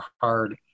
hard